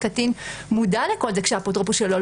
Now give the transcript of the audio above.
האם הקטין מודע לכל זה כשהאפוטרופוס שלו לא